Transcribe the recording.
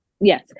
yes